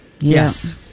Yes